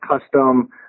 custom